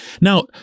Now